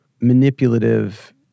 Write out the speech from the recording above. manipulative